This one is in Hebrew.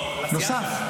נוסף?